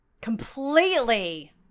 completely